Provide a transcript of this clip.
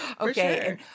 Okay